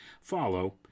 follow